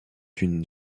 une